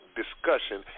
discussion